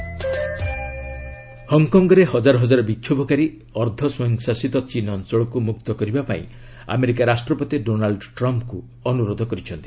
Hong Kong protest ହଙ୍ଗକଙ୍ଗରେ ହଜାର ହଜାର ବିକ୍ଷୋଭକାରୀ ଅର୍ଦ୍ଧ ସ୍ୱୟଂଶାସିତ ଚୀନ୍ ଅଞ୍ଚଳକୁ ମୁକ୍ତ କରିବା ପାଇଁ ଆମେରିକା ରାଷ୍ଟ୍ରପତି ଡୋନାଲ୍ଡ ଟ୍ରମ୍ପଙ୍କୁ ଅନୁରୋଧ କରିଛନ୍ତି